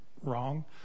wrong